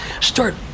start